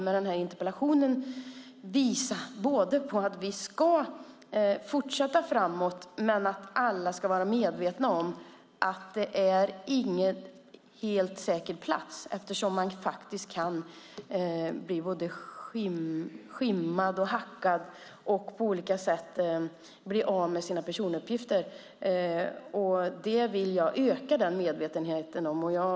Med den här interpellationen vill jag visa på att vi ska fortsätta framåt men också på att alla ska vara medvetna om att det inte är någon helt säker plats. Man kan ju bli både skimmad och hackad och bli av med sina personuppgifter. Jag vill öka medvetenheten om det.